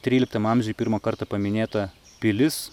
tryliktam amžiuj pirmą kartą paminėta pilis